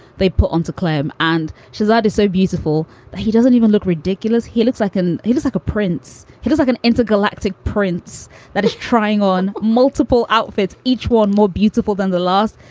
they put onto klam and shazad is so beautiful that he doesn't even look ridiculous. he looks like and he was like a prince. he does like an intergalactic prince that is trying on multiple outfits, each one more beautiful than the last.